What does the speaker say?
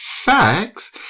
facts